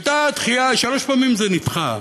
הייתה דחייה, שלוש פעמים זה נדחה.